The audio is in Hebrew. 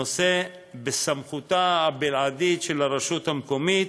הנושא בסמכותה הבלעדית של הרשות המקומית,